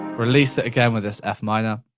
release it again with this f minor.